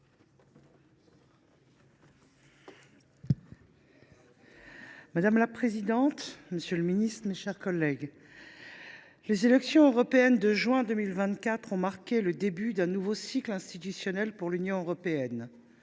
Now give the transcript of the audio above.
Madame la présidente, monsieur le ministre, mes chers collègues, les élections européennes de juin 2024 ont marqué le début d’un nouveau cycle institutionnel pour l’Union européenne.